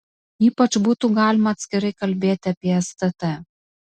ypač būtų galima atskirai kalbėti apie stt